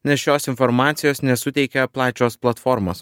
nes šios informacijos nesuteikia plačios platformos